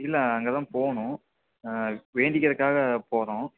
இல்லை அங்கேதான் போகணும் வேண்டிக்கிறதுக்காக போகிறோம்